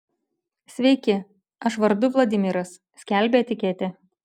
sveiki aš vardu vladimiras skelbia etiketė